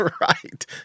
Right